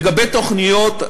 לגבי תוכניות,